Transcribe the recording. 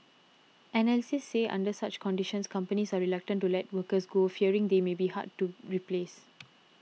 analysts say under such conditions companies are reluctant to let workers go fearing they may be hard to replace